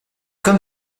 comme